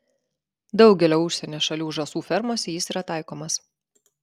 daugelio užsienio šalių žąsų fermose jis yra taikomas